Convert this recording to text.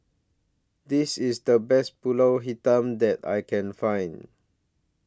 This IS The Best Pulut Hitam that I Can Find